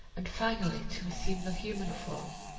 and finally to assume the human form.